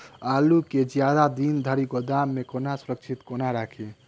आलु केँ जियादा दिन धरि गोदाम मे कोना सुरक्षित कोना राखि?